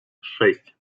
шесть